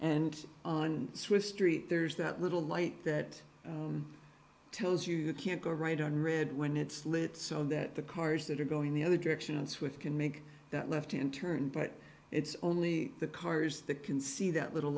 and on switch street there's that little light that tells you you can't go right on red when it's lit so that the cars that are going the other direction it's with can make that left hand turn but it's only the cars that can see that little